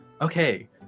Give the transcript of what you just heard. Okay